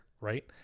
right